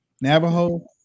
Navajo